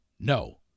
no